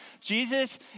Jesus